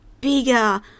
bigger